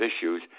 issues